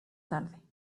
tarde